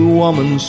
woman